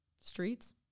streets